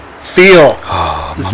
feel